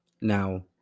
Now